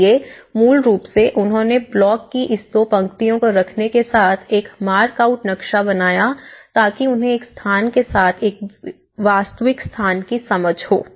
इसलिए मूल रूप से उन्होंने ब्लॉक की इस दो पंक्तियों को रखने के साथ एक मार्क आउट नक्शा बनाया ताकि उन्हें एक स्थान के साथ एक वास्तविक स्थान की समझ हो